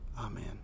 Amen